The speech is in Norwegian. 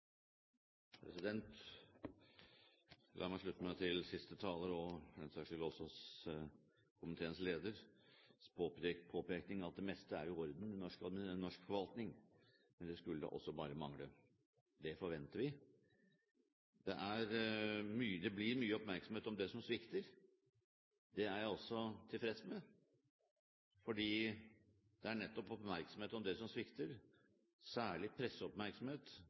og for den saks skyld også komiteens leders påpekning av at det meste er i orden i norsk forvaltning. Men det skulle da også bare mangle. Det forventer vi. Det blir mye oppmerksomhet om det som svikter. Det er jeg også tilfreds med, for det er nettopp oppmerksomhet om det som svikter, særlig presseoppmerksomhet